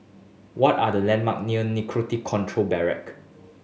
what are the landmarks near Narcotics Control Bureau